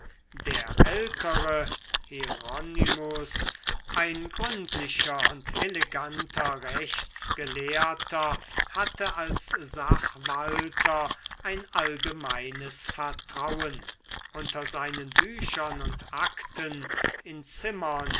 der ältere hieronymus ein gründlicher und eleganter rechtsgelehrter hatte als sachwalter ein allgemeines vertrauen unter seinen büchern und akten in zimmern